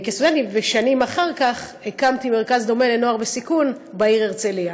ושנים אחר כך הקמתי מרכז דומה לנוער בסיכון בעיר הרצליה.